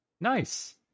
Nice